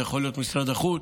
זה יכול להיות משרד החוץ,